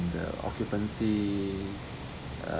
the occupancy uh